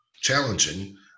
challenging